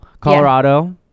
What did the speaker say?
Colorado